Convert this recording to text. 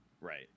Right